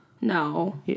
No